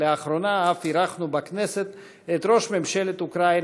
ולאחרונה אף אירחנו בכנסת את ראש ממשלת אוקראינה,